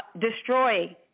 destroy